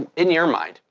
and in your mind,